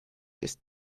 ist